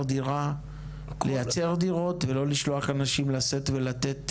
הדירה לייצר דירות ולא לשלוח אנשים לשאת ולתת